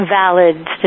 valid